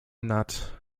nad